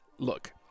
Look